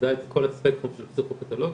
בוודאי בכל הספקטרום של פסיכופתולוגיות,